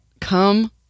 Come